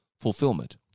fulfillment